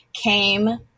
came